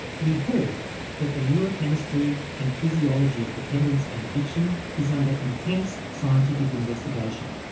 we heard that the neurochemistry and physiology of dependence and addiction is under intense scientific investigation,